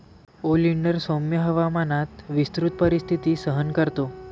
oleander सौम्य हवामानात विस्तृत परिस्थिती सहन करतो